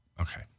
Okay